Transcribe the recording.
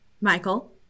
Michael